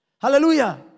Hallelujah